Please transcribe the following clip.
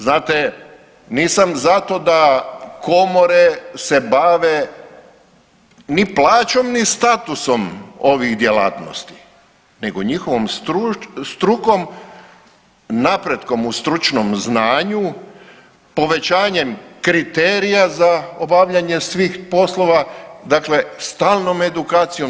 Znate, nisam za to da komore se bave ni plaćom, ni statusom ovih djelatnosti nego njihovom strukom, napretkom u stručnom znanju, povećanjem kriterija za obavljanje svih poslova, dakle stalnom edukacijom.